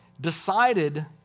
decided